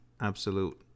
absolute